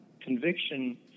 conviction